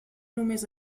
només